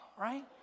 right